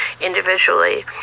individually